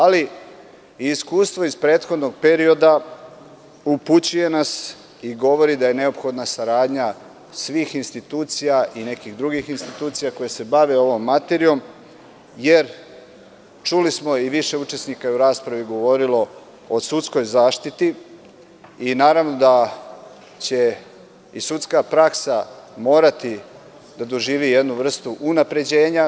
Ali, iskustvo iz prethodnog perioda upućuje nas i govori da je neophodna saradnja svih institucija i nekih drugih institucija koje se bave ovom materijom, jer smo čuli i više učesnika u raspravi je govorilo o sudskoj zaštiti i naravno da će i sudska praksa morati da doživi jednu vrstu unapređenja.